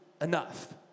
enough